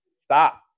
stop